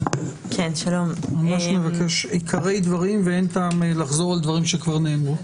אני ממש מבקש את עיקרי הדברים ואין טעם לחזור על דברים שנאמרו.